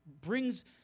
brings